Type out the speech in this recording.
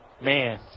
Man